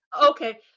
okay